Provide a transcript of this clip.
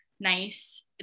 nice